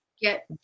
get